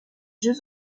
jeux